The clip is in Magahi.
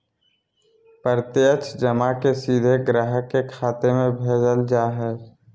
प्रत्यक्ष जमा के सीधे ग्राहक के खाता में भेजल जा हइ